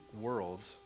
world